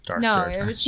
No